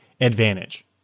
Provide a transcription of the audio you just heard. advantage